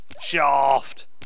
Shaft